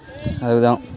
அது தான்